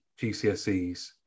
GCSEs